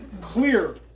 clear